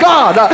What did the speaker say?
God